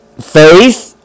Faith